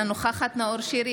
אינה נוכחת נאור שירי,